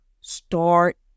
Start